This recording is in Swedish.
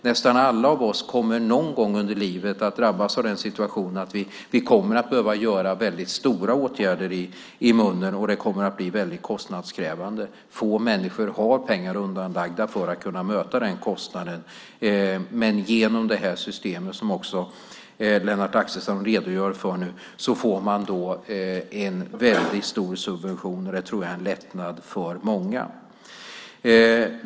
Nästan alla av oss kommer någon gång under livet att drabbas av den situationen att vi kommer att behöva vidta stora åtgärder i munnen, och det kommer att bli kostnadskrävande. Få människor har pengar undanlagda för att möta den kostnaden. Genom detta system, som också Lennart Axelsson redogör för, får man en stor subvention, och det tror jag är en lättnad för många.